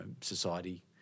society